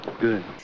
Good